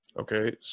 Okay